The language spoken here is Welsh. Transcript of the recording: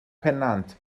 pennant